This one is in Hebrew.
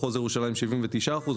מחוז ירושלים 79 אחוזים.